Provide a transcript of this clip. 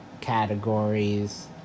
categories